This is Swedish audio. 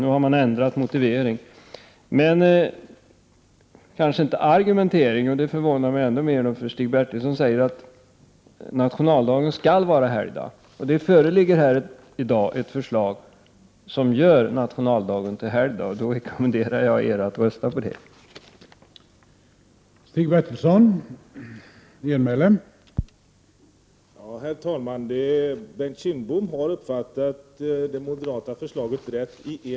Nu har man ändrat sin motivering, men inte sin argumentering, vilket förvånar mig ännu mer. Stig Bertilsson säger att nationaldagen skall vara helgdag. Det föreligger häri dag ett förslag om att göra nationaldagen till helgdag. Jag rekommenderar er moderater att rösta för det förslaget.